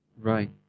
Right